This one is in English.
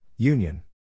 Union